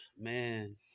Man